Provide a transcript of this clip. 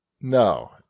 No